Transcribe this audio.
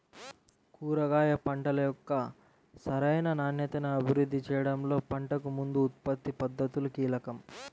కూరగాయ పంటల యొక్క సరైన నాణ్యతను అభివృద్ధి చేయడంలో పంటకు ముందు ఉత్పత్తి పద్ధతులు కీలకం